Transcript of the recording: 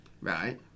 Right